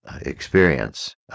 experience